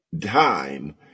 time